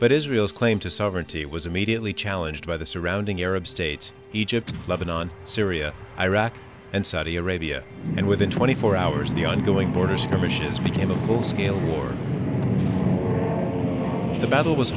but israel's claim to sovereignty was immediately challenged by the surrounding arab states egypt lebanon syria iraq and saudi arabia and within twenty four hours the ongoing border skirmishes became a full scale war the battle was